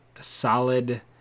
solid